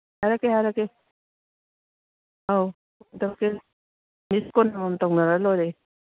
ꯍꯥꯏꯔꯛꯀꯦ ꯍꯥꯏꯔꯛꯀꯦ ꯑꯧ ꯇꯧꯔꯛꯀꯦ ꯃꯤꯁ ꯀꯣꯟ ꯑꯃꯃꯝ ꯇꯧꯅꯔ ꯂꯣꯏꯔꯦ